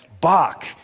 Bach